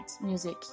music